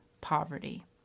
poverty